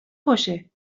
کشه